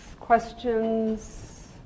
questions